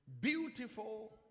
Beautiful